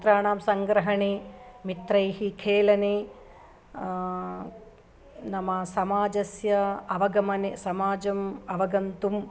मित्राणां सङ्ग्रहणे मित्रैः खेलने नाम समाजस्य अवगमने समाजम् अवगन्तुं